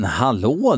hallå